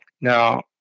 Now